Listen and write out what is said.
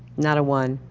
not a one.